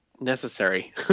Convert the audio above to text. necessary